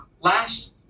last